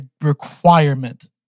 requirement